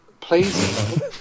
please